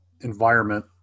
environment